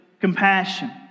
compassion